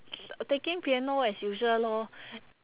taking piano as usual lor